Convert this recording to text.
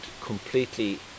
completely